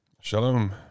Shalom